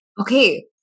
Okay